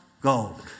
gold